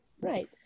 Right